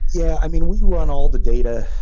yeah. i mean, we run all the data,